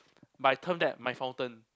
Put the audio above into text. but I turned back my fountain